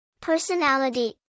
Personality